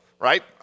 right